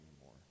anymore